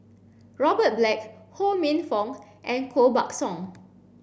Robert Black Ho Minfong and Koh Buck Song